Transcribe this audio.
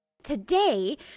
Today